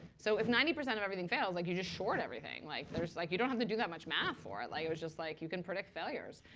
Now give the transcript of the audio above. so if ninety percent of everything fails, like you just short everything. like like you don't have to do that much math for it. like it was just like, you can predict failures.